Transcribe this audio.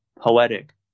poetic